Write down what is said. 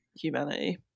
humanity